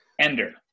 ender